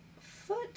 foot